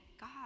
God